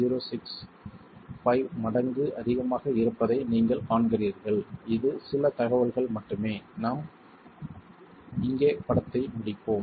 065 மடங்கு அதிகமாக இருப்பதை நீங்கள் காண்கிறீர்கள் இது சில தகவல்கள் மட்டுமே நாம் இங்கே படத்தை முடிப்போம்